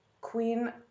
Queen